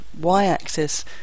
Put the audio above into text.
y-axis